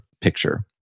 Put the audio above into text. picture